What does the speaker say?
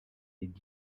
did